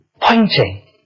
pointing